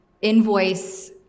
invoice